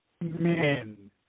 men